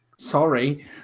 sorry